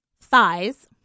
thighs